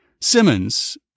Simmons